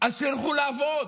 אז שילכו לעבוד.